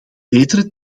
betere